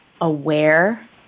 aware